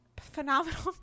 Phenomenal